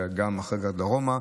ואחר כך גם דרומה,